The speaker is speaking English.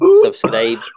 subscribe